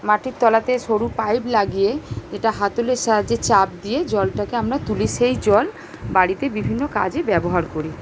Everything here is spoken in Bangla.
মাটির তলাতে সরু পাইপ লাগিয়ে একটা হাতলের সাহায্যে চাপ দিয়ে জলটাকে আমরা তুলি সেই জল বাড়িতে বিভিন্ন কাজে ব্যবহার করি